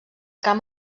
camp